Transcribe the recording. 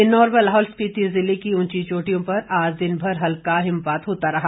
किन्नौर व लाहौल स्पीति जिले की ऊपरी चोटियों पर आज दिन भर हल्का हिमपात होता रहा